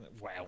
Wow